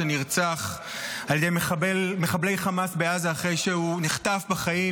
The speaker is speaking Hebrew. שנרצח על ידי מחבלי חמאס בעזה אחרי שהוא נחטף בחיים